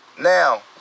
Now